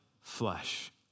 flesh